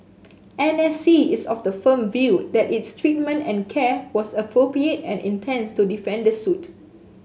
N S C is of the firm view that its treatment and care was appropriate and intends to defend the suit